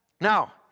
Now